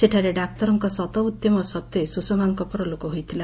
ସେଠାରେ ଡାକ୍ତରଙ୍କ ଶତଉଦ୍ୟମ ସତ୍ତେ ସୁଷମାଙ୍କ ପରଲୋକ ହୋଇଥିଲା